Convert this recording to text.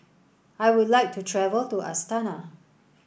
I would like to travel to Astana